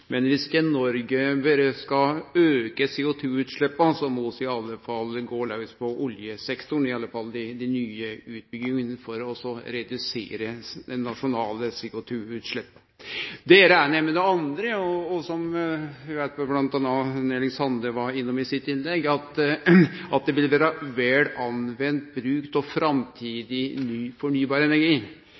men dersom Noreg berre skal auke CO2-utsleppa, må vi gå laus på oljesektoren, i alle fall dei nye utbyggingane, for å redusere dei nasjonale CO2-utsleppa. Det reknar eg med. Det andre, som bl.a. Erling Sande òg var innom i sitt innlegg, er at det vil vere vel anvend bruk av framtidig fornybar energi.